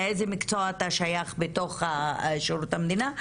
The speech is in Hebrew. לאיזה מקצוע אתה שייך בתוך שירות המדינה,